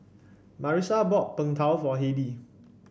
Marisa bought Png Tao for Heidi